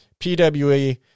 pwe